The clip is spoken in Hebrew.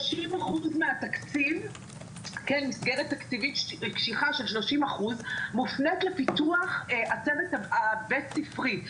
30% מהתקציב כמסגרת תקציבית קשיחה מופנית לפיתוח הצוות הבית ספרי.